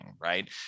right